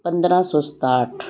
ਪੰਦਰਾਂ ਸੌ ਸਤਾਹਠ